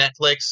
Netflix